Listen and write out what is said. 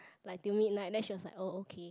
like till midnight then she's like oh okay